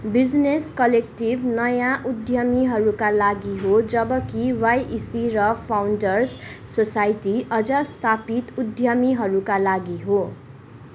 business collective नयाँ उद्यमीहरूका लागि हो जब कि वाइ इ सी र फाउन्डर्स सोसाइटी अझ स्थापित उद्यमीहरूका लागि हो